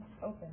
open